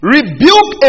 Rebuke